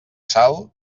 sal